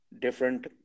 different